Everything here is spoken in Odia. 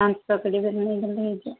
ପାଞ୍ଚ ପ୍ୟାକେଟ୍ ନେଲେ ନେଇଗଲେ ହୋଇଯିବ